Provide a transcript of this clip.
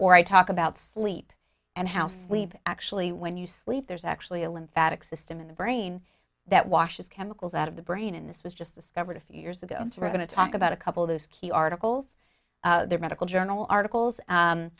or i talk about sleep and how sleep actually when you sleep there's actually a lymphatic system in the brain that washes chemicals out of the brain and this was just discovered a few years ago we're going to talk about a couple of those key articles there are medical journal articles